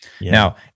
now